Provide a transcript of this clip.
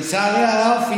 לצערי הרב,